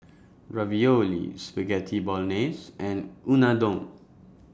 Ravioli Spaghetti Bolognese and Unadon